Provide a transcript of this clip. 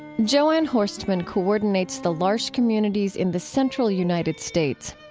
jo anne horstmann coordinates the l'arche communities in the central united states.